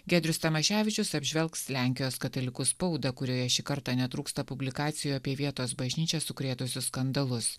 giedrius tamaševičius apžvelgs lenkijos katalikų spaudą kurioje šį kartą netrūksta publikacijų apie vietos bažnyčią sukrėtusius skandalus